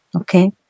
Okay